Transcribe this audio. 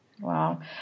Wow